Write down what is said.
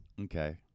Okay